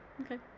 Okay